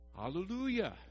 Hallelujah